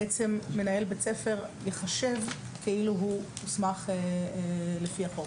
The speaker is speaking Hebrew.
מנהל בית הספר, ייחשב כאילו הוא הוסמך לפי החוק.